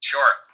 Sure